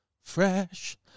fresh